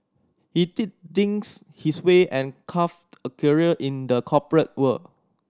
he did things his way and carved a career in the corporate world